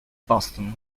boston